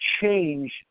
change